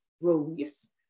release